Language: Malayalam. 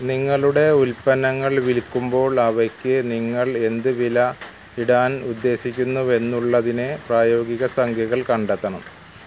നിങ്ങളുടെ ഉൽപ്പന്നങ്ങൾ വിൽക്കുമ്പോൾ അവയ്ക്ക് നിങ്ങൾ എന്ത് വില ഇടാൻ ഉദ്ദേശിക്കുന്നു എന്നുള്ളതിന് പ്രായോഗിക സംഖ്യകൾ കണ്ടെത്തണം